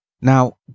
Now